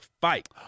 fight